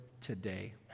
today